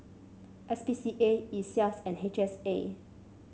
S P C A Iseas and H S A